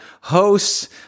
hosts